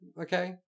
okay